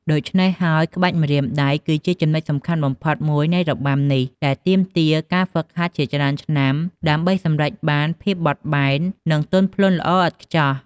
ដូច្នេះហើយ ក្បាច់ម្រាមដៃ គឺជាចំណុចសំខាន់បំផុតមួយនៃរបាំនេះ ដែលទាមទារការហ្វឹកហាត់ជាច្រើនឆ្នាំដើម្បីសម្រេចបានភាពបត់បែន និងទន់ភ្លន់ល្អឥតខ្ចោះ។